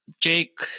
Jake